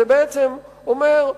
זה בעצם אומר,